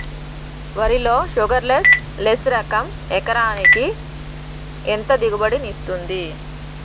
వరి లో sugarless less రకం ఎకరాకి ఎంత దిగుబడినిస్తుంది